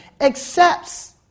accepts